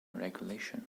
regulation